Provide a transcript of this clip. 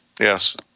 yes